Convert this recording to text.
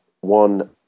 one